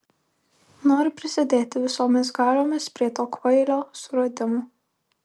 noriu prisidėti visomis galiomis prie to kvailio suradimo